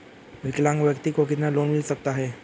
विकलांग व्यक्ति को कितना लोंन मिल सकता है?